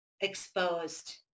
exposed